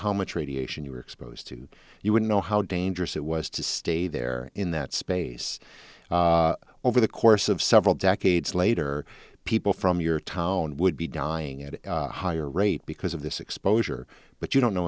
how much radiation you were exposed to you would know how dangerous it was to stay there in that space over the course of several decades later people from your town would be dying at a higher rate because of this exposure but you don't know